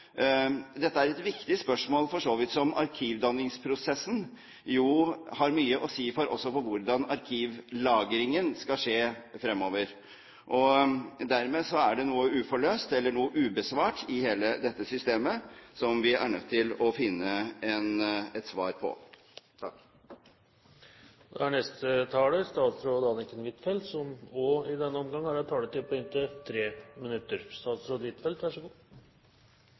Dette er et viktig spørsmål, for så vidt som arkivdanningsprosessen jo har mye å si også for hvordan arkivlagringen skal skje fremover. Dermed er det noe uforløst – eller noe ubesvart – i hele dette systemet som vi er nødt til å få et svar på. Representanten husker feil når det gjelder hva regjeringen meldte til Stortinget i